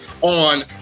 on